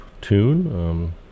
tune